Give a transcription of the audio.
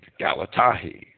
Galatahi